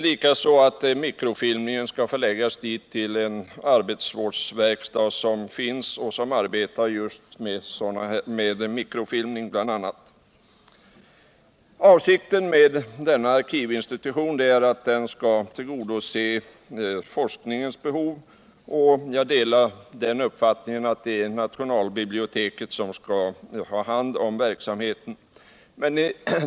Likaså föreslås att den mikrofilmning som skall ske skall utföras vid den skyddade verkstaden i Kalmar, som just arbetar med mikrofilmning. Avsikten med denna nya arkivinstitution är att tillgodose forskningens behov. Jag delar uppfattningen att Nationalarkivet bör ansvara för verksamheten.